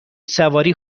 سواری